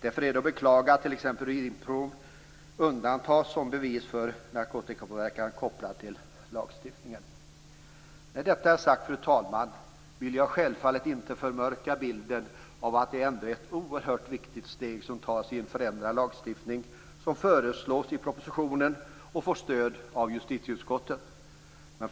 Därför är det att beklaga att t.ex. urinprov undantas som bevis för narkotikapåverkan kopplad till lagstiftningen. När detta är sagt, fru talman, vill jag självfallet inte förmörka bilden. Det är nu ändå ett oerhört viktigt steg som tas i en förändrad lagstiftning, som föreslås i propositionen och får stöd av justitieutskottet. Men